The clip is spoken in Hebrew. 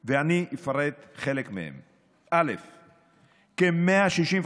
את החוויה הפוגענית כלפי הכנסת וחבריה כאשר אין דיון ענייני כלל